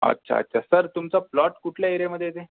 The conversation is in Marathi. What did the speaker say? अच्छा अच्छा सर तुमचा प्लॉट कुठल्या एरियामध्ये येते